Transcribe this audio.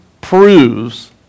proves